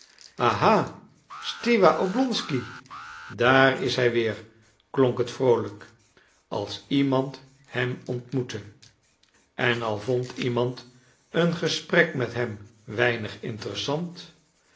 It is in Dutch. aha stiwa oblonsky daar is hij weer klonk het vroolijk als iemand hem ontmoette en al vond iemand een gesprek met hem weinig interessant